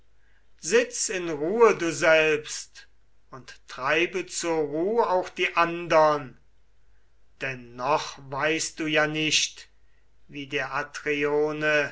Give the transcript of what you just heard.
sitz in ruhe du selbst und treibe zur ruh auch die andern denn noch weißt du ja nicht wie der